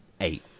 eight